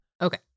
Okay